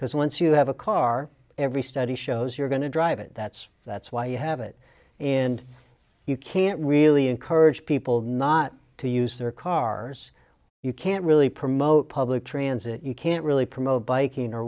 because once you have a car every study shows you're going to drive it that's that's why you have it and you can't really encourage people not to use their cars you can't really promote public transit you can't really promote biking or